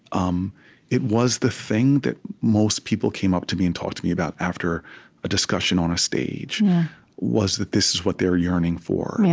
um it was the thing that most people came up to me and talked to me about, after a discussion on a stage was that this was what they were yearning for, yeah